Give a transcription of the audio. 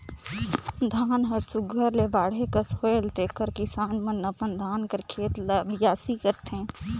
धान हर सुग्घर ले बाढ़े कस होएल तेकर किसान मन अपन धान कर खेत ल बियासी करथे